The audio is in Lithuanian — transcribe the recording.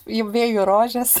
į vėjų rožes